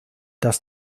dass